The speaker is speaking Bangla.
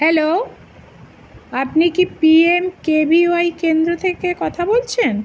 হ্যালো আপনি কি পিএমকেভিওয়াই কেন্দ্র থেকে কথা বলছেন